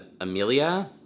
amelia